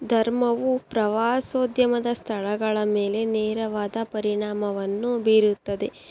ಧರ್ಮವು ಪ್ರವಾಸೋದ್ಯಮದ ಸ್ಥಳಗಳ ಮೇಲೆ ನೇರವಾದ ಪರಿಣಾಮವನ್ನು ಬೀರುತ್ತದೆ